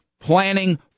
planning